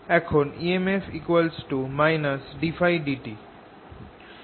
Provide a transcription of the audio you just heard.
এখন emf ddtՓ